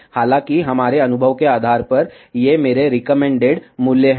हालांकि हमारे अनुभव के आधार पर ये मेरे रिकमेंडेड मूल्य हैं